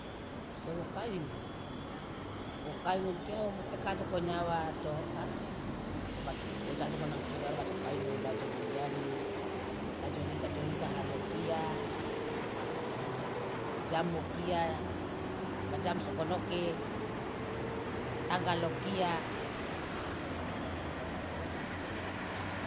So wo kawingi wo kawing an kia woma teke kaajoko nyawa to ka woja ajoko nanga keluarga joka ino la jo liliani la jo nika jo nika hari okia jam okia ma jam sokonoke tanggal okia.